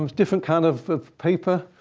um different kind of paper,